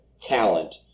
talent